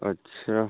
अच्छा